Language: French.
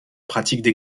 pratiques